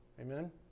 Amen